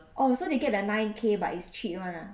oh so they get the nine K but is cheat [one] ah